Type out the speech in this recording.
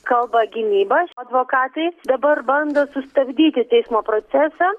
kalba gynybos advokatai dabar bando sustabdyti teismo procesą